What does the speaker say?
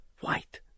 White